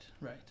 right